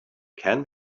can